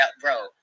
bro